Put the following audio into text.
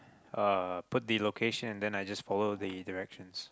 uh put the location then I just follow the direction